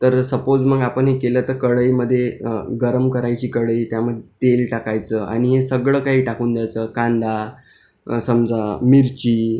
तर सपोज मग आपण हे केलं तर कढईमध्ये गरम करायची कढई त्यामध्ये तेल टाकायचं आणि हे सगळं काही टाकून द्यायचं कांदा समजा मिरची